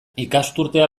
ikasturtea